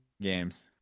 games